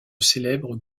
célèbre